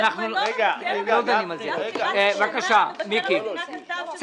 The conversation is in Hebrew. מאשרים את אותה העברה שבזמנו מבקר המדינה כתב שהייתה לא מוסדרת.